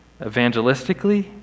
evangelistically